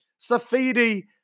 Safidi